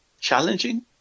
challenging